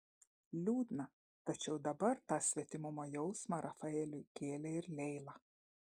liūdna tačiau dabar tą svetimumo jausmą rafaeliui kėlė ir leila